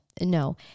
no